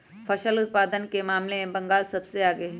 फसल उत्पादन के मामले में बंगाल सबसे आगे हई